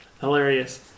hilarious